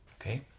okay